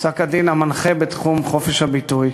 פסק-הדין המנחה בתחום חופש הביטוי,